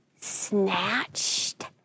snatched